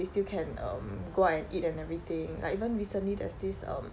they still can um go out and eat and everything like even recently there's this um